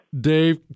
Dave